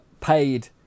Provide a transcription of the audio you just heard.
paid